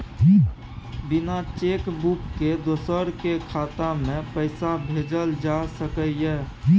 बिना cheque book के दोसर के खाता में पैसा भेजल जा सकै ये?